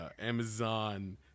Amazon